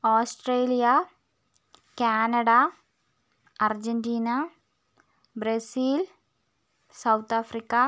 Australia Canada Argentina Brazil south